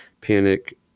panic